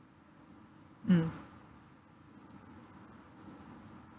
mm